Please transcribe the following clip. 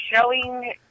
showing